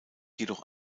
jedoch